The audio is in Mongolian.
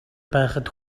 байхад